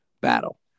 battle